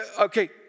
okay